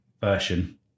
version